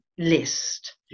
list